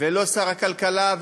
לא שר הכלכלה,